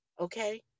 okay